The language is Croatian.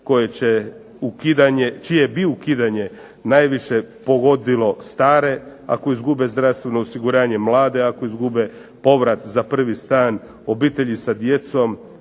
čije bi ukidanje najviše pogodilo stare, ako izgube zdravstveno osiguranje mlade, ako izgube povrat za prvi stan, obitelji sa djecom,